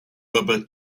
rubber